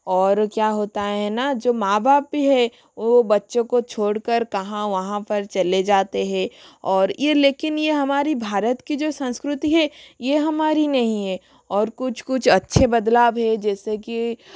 और क्या होता है न जो माँ बाप भी है वह बच्चों को छोड़ कर कहाँ वहाँ पर चले जाते हे और लेकिन यह हमारी भारत की जो संस्कृति है यह हमारी नहीं है और कुछ कुछ अच्छे बदलाव है जैसे कि